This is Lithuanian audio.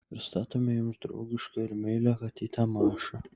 pristatome jums draugišką ir meilią katytę mašą